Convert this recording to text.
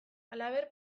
halaber